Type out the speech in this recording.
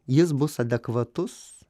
jis bus adekvatus